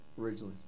originally